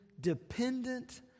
dependent